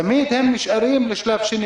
תמיד אנחנו נשארים לשלב השני.